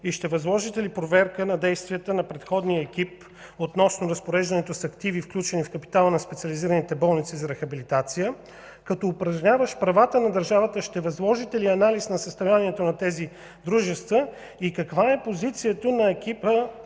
и ще възложите ли проверка на действията на предходния екип относно разпореждането с активи, включени в капитала на специализираните болници за рехабилитация? Като упражняващ правата на държавата ще възложите ли анализ на състоянието на тези дружества? Каква е позицията на екипа